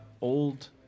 old